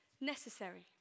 necessary